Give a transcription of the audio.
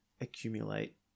accumulate